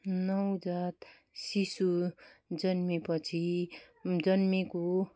नवजात शिशु जन्मिएपछि जन्मिएको